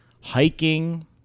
hiking